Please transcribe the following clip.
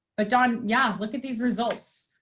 but, dawn, yeah, look at these results.